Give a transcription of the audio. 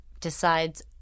decides